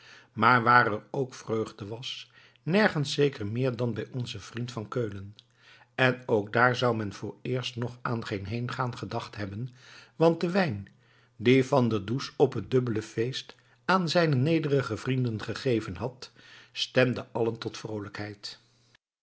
maar waar er ook vreugde was nergens zeker meer dan bij onzen vriend van keulen en ook dààr zou men vooreerst nog aan geen heengaan gedacht hebben want de wijn dien van der does op het dubbele feest aan zijne nederige vrienden gegeven had stemde allen tot vroolijkheid